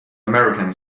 american